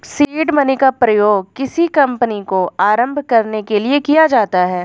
seed money का प्रयोग किसी कंपनी को आरंभ करने के लिए किया जाता है